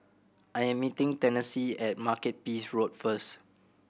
I am meeting Tennessee at Makepeace Road first